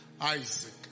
Isaac